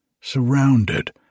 surrounded